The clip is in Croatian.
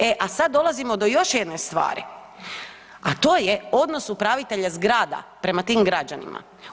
E a sad dolazimo do još jedne stvari, a to je odnos upravitelja zgrada prema tim građanima.